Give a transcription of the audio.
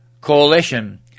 coalition